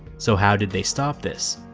so how did they stop this?